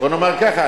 בוא נאמר ככה,